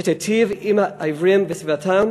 הצעת חוק שתיטיב עם העיוורים וסביבתם.